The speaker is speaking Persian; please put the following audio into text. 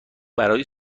برای